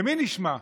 למי נשמע?